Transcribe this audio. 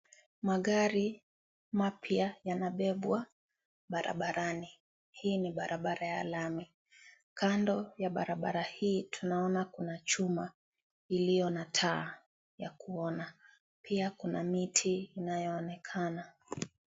Magari mapya yanabebwa barabarani, hii ni barabara ya lami. Kando ya barabara hii tunaona kuna chuma ilio na taa ya kuona, pia kuna miti inayoonekana.